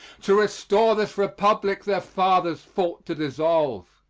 to restore this republic their fathers fought to dissolve.